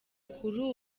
kuri